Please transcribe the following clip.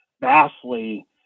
vastly